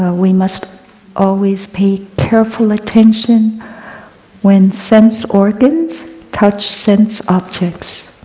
ah we must always pay careful attention when sense organs touch sense objects.